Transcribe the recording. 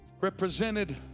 Represented